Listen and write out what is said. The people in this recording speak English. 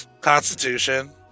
Constitution